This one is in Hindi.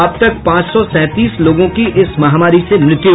अब तक पांच सौ सैंतीस लोगों की इस महामारी से मृत्यु